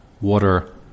water